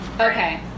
Okay